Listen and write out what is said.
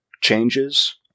changes